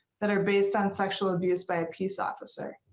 that are based on sexual abuse by a peace officer.